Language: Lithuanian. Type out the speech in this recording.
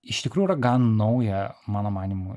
iš tikrųjų gan nauja mano manymu